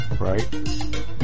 right